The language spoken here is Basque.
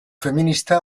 feminista